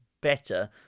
better